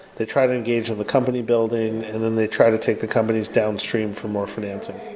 they try to engage in the company building and then they try to take the companies downstream for more financing.